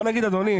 שבמינימום.